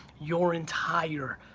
you're entire,